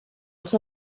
als